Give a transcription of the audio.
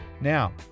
Now